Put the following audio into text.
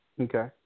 okay